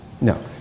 No